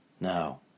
Now